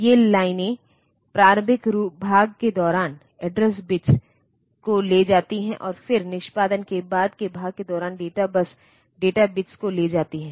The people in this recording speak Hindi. तो ये लाइनें प्रारंभिक भाग के दौरान एड्रेस बिट्स को ले जाती हैं और फिर निष्पादन के बाद के भाग के दौरान डेटा बस डेटा बिट्स को ले जाती हैं